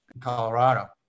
Colorado